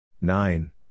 nine